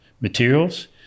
materials